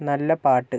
നല്ല പാട്ട്